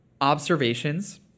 observations